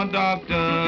doctor